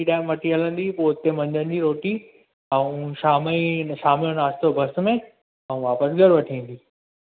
उशी डैम वठी हलंदी पोइ हुते मंझंदि जी रोटी ऐं शाम जी शाम जो नाश्तो बस में ऐं वापसि घरु वठी ईंदी